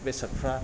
बेसादफ्रा